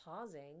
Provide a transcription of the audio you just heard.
pausing